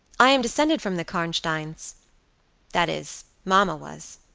i am descended from the karnsteins that is, mamma was.